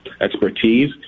expertise